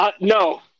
no